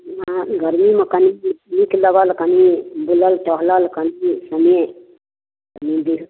गर्मीमे कनि नीक लगल कनि बुलल टहलल कनि सुनिए